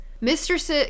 Mistress